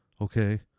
Okay